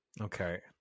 Okay